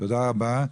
תודה רבה.